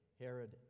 Herod